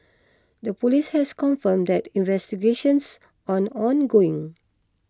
the police has confirmed that investigations are ongoing